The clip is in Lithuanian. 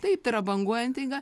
taip tai yra banguojanti eiga